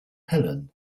helen